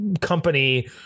company